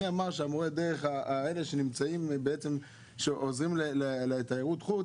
מי אמר שמורי הדרך שעוזרים לתיירות חוץ